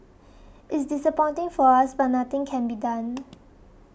it's disappointing for us but nothing can be done